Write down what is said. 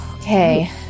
Okay